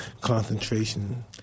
concentration